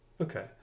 Okay